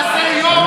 אנחנו נעשה יום.